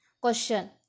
Question